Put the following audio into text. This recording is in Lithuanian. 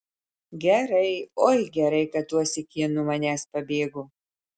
gerai oi gerai kad tuosyk ji nuo manęs pabėgo